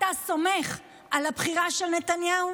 אתה סומך על הבחירה של נתניהו?